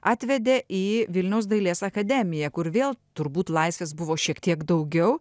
atvedė į vilniaus dailės akademiją kur vėl turbūt laisvės buvo šiek tiek daugiau